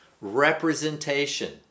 representation